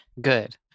Good